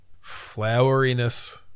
floweriness